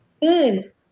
Good